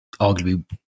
arguably